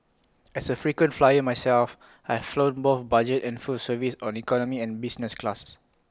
as A frequent flyer myself I've flown both budget and full service on economy and business classes